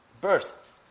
birth